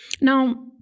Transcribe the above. Now